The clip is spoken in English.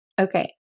Okay